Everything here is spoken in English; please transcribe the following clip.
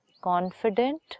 confident